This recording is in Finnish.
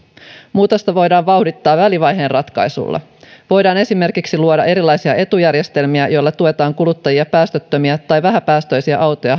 muutosta voidaan vauhdittaa välivaiheen ratkaisuilla voidaan esimerkiksi luoda erilaisia etujärjestelmiä joilla tuetaan kuluttajia päästöttömiä tai vähäpäästöisiä autoja